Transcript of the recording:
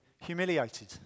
humiliated